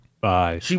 Bye